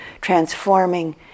transforming